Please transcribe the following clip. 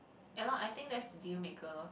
ya lor I think that's the deal maker lor